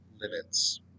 limits